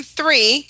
three